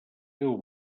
déu